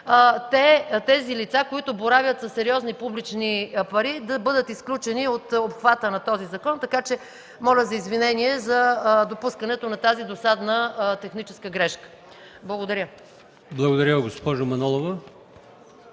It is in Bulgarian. лицата, които боравят със сериозни публични пари, да бъдат изключени от обхвата на този закон. Моля за извинение за допускането на тази досадна техническа грешка. Благодаря.